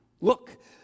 Look